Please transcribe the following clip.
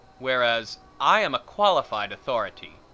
whereas i am a qualified authority.